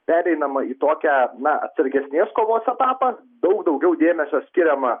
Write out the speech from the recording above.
pereinama į tokią na atsargesnės kovos etapą daug daugiau dėmesio skiriama